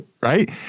right